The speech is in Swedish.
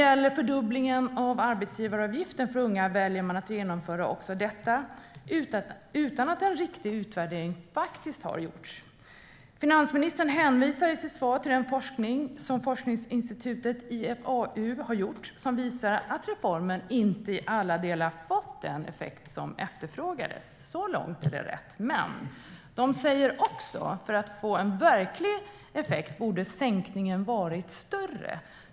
Även fördubblingen av arbetsgivaravgifterna för unga väljer man att genomföra utan att en riktig utvärdering faktiskt har gjorts. Finansministern hänvisar i sitt svar till den forskning som forskningsinstitutet IFAU har gjort och som visar att reformen inte i alla delar fått den effekt som efterfrågades. Så långt är det rätt. Men de säger också att sänkningen borde ha varit större för att få en verklig effekt.